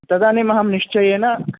तदानीमहं निश्चयेन